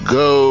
go